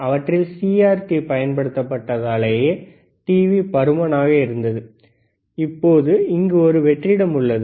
அவற்றில் சிஆர்டி பயன்படுத்தபட்டதாலேயே டிவி பருமனாக இருந்தது இப்போது இங்கு ஒரு வெற்றிடம் உள்ளது